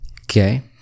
Okay